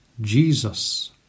Jesus